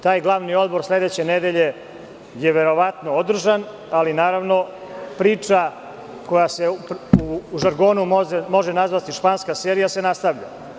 Taj Glavni odbor sledeće nedelje je verovatno održan ali, naravno, priča koja se u žargonu može nazvati španska serija se nastavlja.